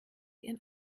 ihren